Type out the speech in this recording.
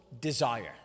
desire